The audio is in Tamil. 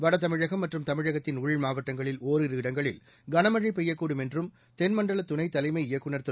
வட தமிழகம் மற்றும் தமிழகத்தின் உள் மாவட்டங்களில் ஓரிரு இடங்களில் கனமழை பெய்யக்கூடும் என்றும் தென்மண்டல துணைத் தலைமை இயக்குநர் திரு